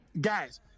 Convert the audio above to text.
guys